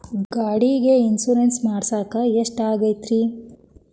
ಗಾಡಿಗೆ ಇನ್ಶೂರೆನ್ಸ್ ಮಾಡಸಾಕ ಎಷ್ಟಾಗತೈತ್ರಿ?